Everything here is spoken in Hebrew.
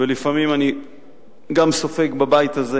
ולפעמים אני גם סופג בבית הזה,